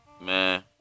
man